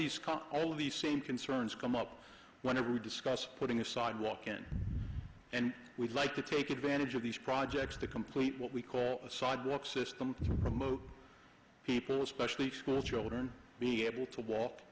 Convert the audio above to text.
cars all of the same concerns come up whenever we discuss putting a sidewalk in and we'd like to take advantage of these projects to complete what we call a sidewalk system to promote people especially school children be able to walk